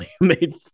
made